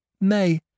May